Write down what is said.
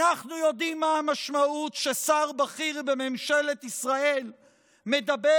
אנחנו יודעים מה המשמעות ששר בכיר בממשלת ישראל מדבר